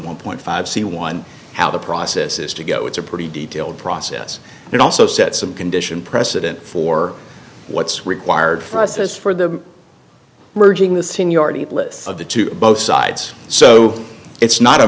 one point five c one how the process is to go it's a pretty detailed process and it also set some condition precedent for what's required for us as for the merging the seniority list of the two both sides so it's not a